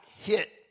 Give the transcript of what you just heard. Hit